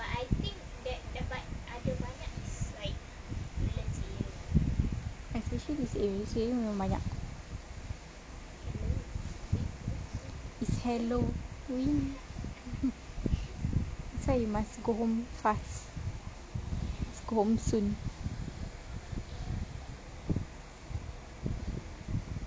especially this area this area memang banyak it's hello that's why you must go home fast go home soon